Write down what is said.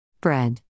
bread